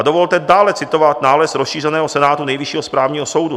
Dovolte dále citovat nález rozšířeného senátu Nejvyššího správního soudu.